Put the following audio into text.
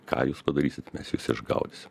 ką jūs padarysit mes jus išgaudysim